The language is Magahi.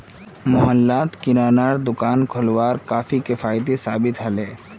मोहल्लात किरानार दुकान खोलवार काफी किफ़ायती साबित ह ले